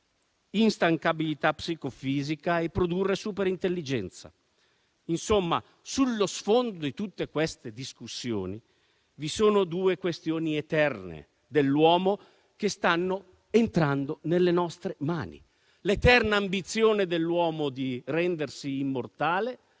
instancabilità psicofisica e produrre superintelligenza. Insomma, sullo sfondo tutte queste discussioni vi sono due questioni eterne dell'uomo che stanno entrando nelle nostre mani: l'eterna ambizione dell'uomo di rendersi immortale